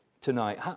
tonight